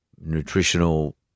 Nutritional